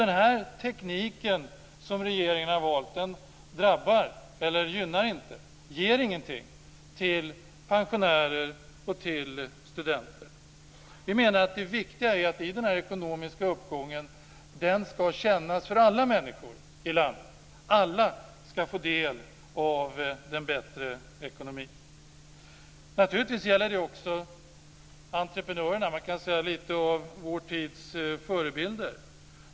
Den här tekniken som regeringen har valt drabbar, gynnar inte eller ger ingenting till pensionärer och till studenter. Vi menar att det viktiga är att den här ekonomiska uppgången ska kännas för alla människor i landet, att alla ska få del av den bättre ekonomin. Naturligtvis gäller det också entreprenörerna, som kan sägas vara lite av vår tids förebilder.